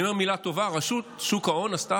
ואני אומר מילה טובה: רשות שוק ההון עשתה